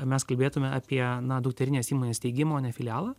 mes kalbėtume apie na dukterinės įmonės steigimą o ne filialą